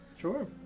sure